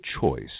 choice